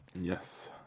Yes